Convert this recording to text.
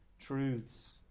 truths